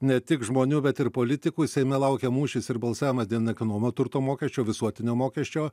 ne tik žmonių bet ir politikų seime laukia mūšis ir balsavimas dėl nekilnojamo turto mokesčio visuotinio mokesčio